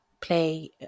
play